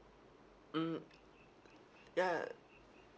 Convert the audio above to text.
mm ya